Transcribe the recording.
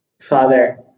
Father